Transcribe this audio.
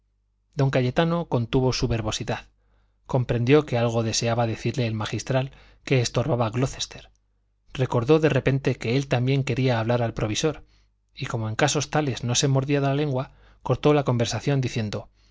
don cayetano contuvo su verbosidad comprendió que algo deseaba decirle el magistral que estorbaba glocester recordó de repente que él también quería hablar al provisor y como en casos tales no se mordía la lengua cortó la conversación diciendo